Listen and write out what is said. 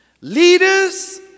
Leaders